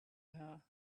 her